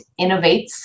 innovates